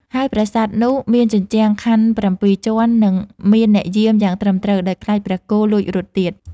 ហើយប្រាសាទនោះ មានជញ្ជាំងខ័ណ្ឌប្រាំពីរជាន់ និង មានអ្នកយាមយ៉ាងត្រឹមត្រូវ ដោយខ្លាចព្រះគោលួចរត់ទៀត។